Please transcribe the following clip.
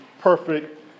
perfect